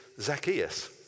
Zacchaeus